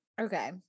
Okay